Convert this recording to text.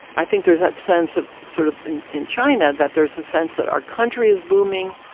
i think there's that sense of sort of in china, that there's a sense that our country is booming,